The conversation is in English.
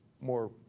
more